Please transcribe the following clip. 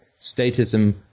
statism